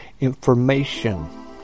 Information